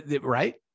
right